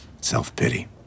self-pity